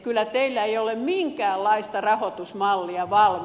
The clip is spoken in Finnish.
teillä ei ole kyllä minkäänlaista rahoitusmallia valmiina